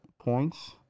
points